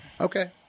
Okay